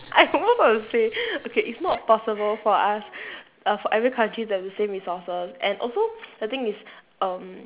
I almost want to say okay it's not possible for us err for every country to have the same resources and also the thing is um